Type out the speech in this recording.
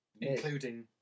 including